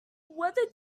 whether